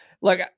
look